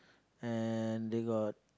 and they got